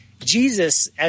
Jesus